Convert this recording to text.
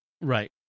Right